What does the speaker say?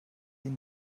ihn